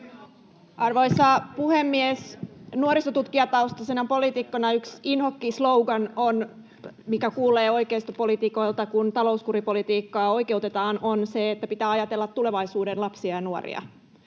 Arvoisa puhemies! Nuorisotutkijataustaisena poliitikkona yksi inhokkislogan, mitä kuulee oikeistopoliitikoilta, kun talouskuripolitiikkaa oikeutetaan, on, että pitää ajatella tulevaisuuden lapsia ja nuoria.